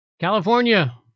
California